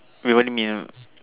wait what do you mean